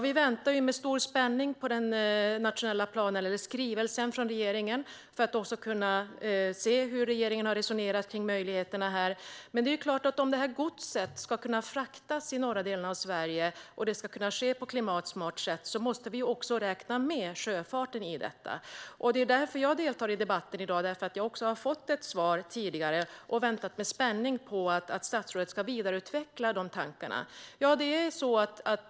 Vi väntar med stor spänning på den nationella planen eller skrivelsen från regeringen för att kunna se hur regeringen har resonerat kring möjligheterna. Om godset ska kunna fraktas i de norra delarna av Sverige på ett klimatsmart sätt måste vi räkna in också sjöfarten i detta. Därför deltar jag i debatten i dag. Jag har fått ett svar tidigare och har väntat med spänning på att statsrådet ska vidareutveckla dessa tankar.